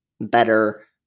better